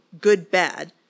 good-bad